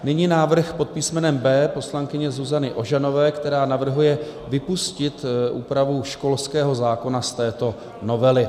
Nyní návrh pod písmenem B poslankyně Zuzany Ožanové, která navrhuje vypustit úpravu školského zákona z této novely.